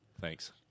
thanks